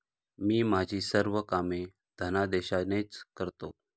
मी माझी सर्व कामे धनादेशानेच करतो